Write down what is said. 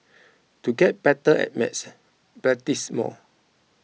to get better at maths practise more